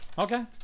Okay